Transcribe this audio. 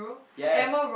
yes